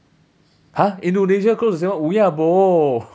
!huh! indonesia close to singapore wu ya bo